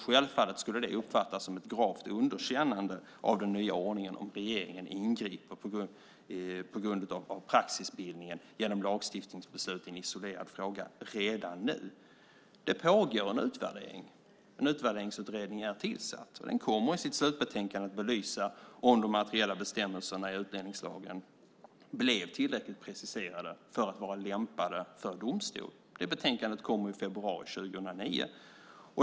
Självfallet skulle det uppfattas som ett gravt underkännande av den nya ordningen om regeringen ingrep på grund av praxisbildningen genom lagstiftningsbeslut i en isolerad fråga redan nu. Det pågår en utvärdering. En utvärderingsutredning är tillsatt. Den kommer i sitt slutbetänkande att belysa om de materiella bestämmelserna i utlänningslagen blev tillräckligt preciserade för att vara lämpade för domstol. Det betänkandet kommer i februari 2009.